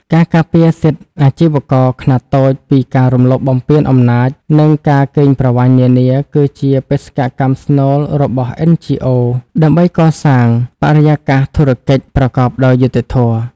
ការការពារសិទ្ធិអាជីវករខ្នាតតូចពីការរំលោភបំពានអំណាច និងការកេងប្រវ័ញ្ចនានា គឺជាបេសកកម្មស្នូលរបស់ NGOs ដើម្បីកសាងបរិយាកាសធុរកិច្ចប្រកបដោយយុត្តិធម៌។